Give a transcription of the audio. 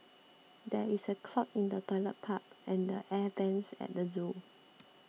there is a clog in the Toilet Pipe and the Air Vents at the zoo